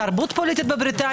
האם תרבות פוליטית בבריטניה?